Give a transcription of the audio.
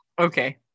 Okay